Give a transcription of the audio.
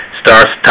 starts